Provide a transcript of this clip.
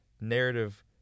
narrative